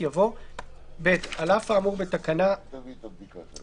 דיברנו על זה גם בתחילת הדיון.